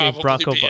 Bronco